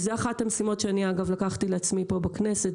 אגב זו אחת המשימות שאני לקחתי על עצמי פה בכנסת,